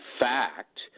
fact